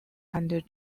and